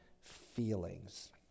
feelings